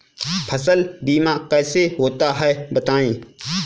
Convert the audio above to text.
फसल बीमा कैसे होता है बताएँ?